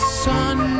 sun